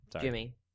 jimmy